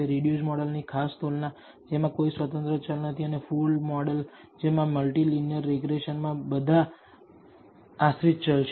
reduced મોડલની આ ખાસ તુલના જેમાં કોઈ સ્વતંત્ર ચલ નથી અને ફુલ મોડલ જેમાં મલ્ટી લીનીયર રીગ્રેસન માં બધા આશ્રિત ચલ છે